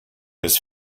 his